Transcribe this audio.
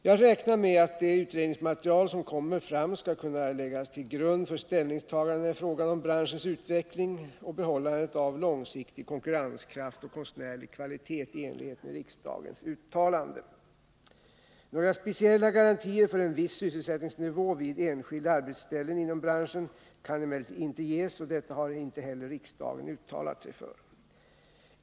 Jag räknar med att det utredningsmaterial som kommer fram skall kunna läggas till grund för ställningstaganden i fråga om branschens utveckling och behållandet av långsiktig konkurrenskraft och konstnärlig kvalitet i enlighet med riksdagens uttalande. Några speciella garantier för en viss sysselsättningsnivå vid enskilda arbetsställen inom branschen kan emellertid inte ges, och detta har inte heller riksdagen uttalat sig för.